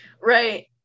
Right